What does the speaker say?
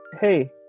Hey